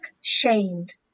shamed